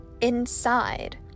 inside